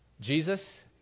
Jesus